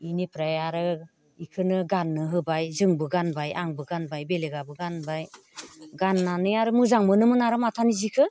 बेनिफ्राय आरो बेखौनो गाननो होबाय जोंबो गानबाय आंबो गानबाय बेलेगाबो गानबाय गाननानै आरो मोजां मोनोमोन आरो माथानि जिखौ